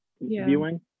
viewing